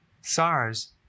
SARS